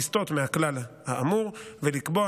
לסטות מהכלל האמור ולקבוע,